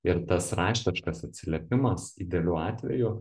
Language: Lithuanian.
ir tas raštiškas atsiliepimas idealiu atveju